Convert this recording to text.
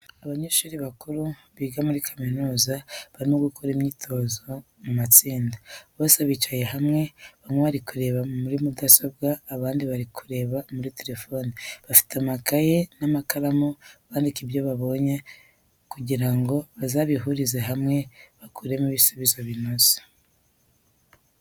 Abanyeshuri bakuru biga muri kaminuza barimo gukora imyitozo mu matsinda, bose bicaye hamwe. Bamwe bari kureba muri mudasobwa, abandi bari kureba muri telefoni, bafite amakayi n'amakaramu bandika ibyo babonye kugira ngo bazabihurize hamwe bakuremo ibisubizo binoze.